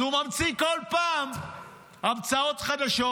אז הוא ממציא כל פעם המצאות חדשות.